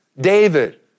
David